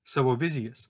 savo vizijas